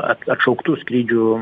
a atšauktų skrydžių